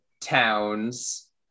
Towns